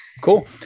cool